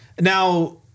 Now